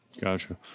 Gotcha